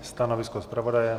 Stanovisko zpravodaje?